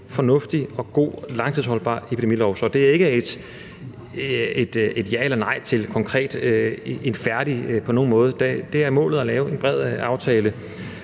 fornuftig og god langtidsholdbar epidemilov. Så det er ikke på nogen måde et ja eller nej til noget, der er færdigt; det er målet at lave en bred aftale.